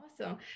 Awesome